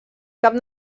cap